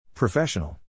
Professional